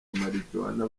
marijuana